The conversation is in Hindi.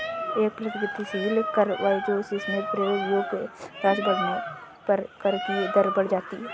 एक प्रगतिशील कर वह है जिसमें कर योग्य राशि बढ़ने पर कर की दर बढ़ जाती है